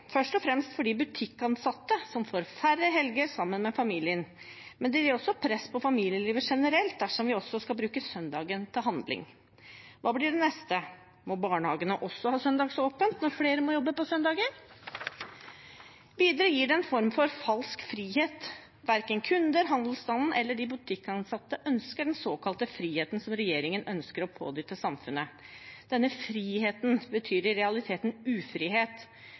først og fremst for de butikkansatte, som får færre helger sammen med familien, men det gir også press på familielivet generelt dersom vi også skal bruke søndagen til handling. Hva blir det neste? Må barnehagene også ha søndagsåpent når flere må jobbe på søndager? Videre gir det en form for falsk frihet. Verken kunder, handelsstanden eller de butikkansatte ønsker den såkalte friheten som regjeringen ønsker å pådytte samfunnet. Denne friheten betyr i realiteten ufrihet.